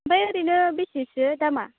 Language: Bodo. ओमफ्राय ओरैनो बेसेसो दामा